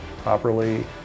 properly